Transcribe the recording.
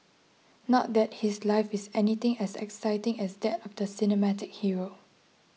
not that his life is anything as exciting as that of the cinematic hero